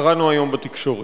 קראנו היום בתקשורת.